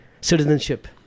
citizenship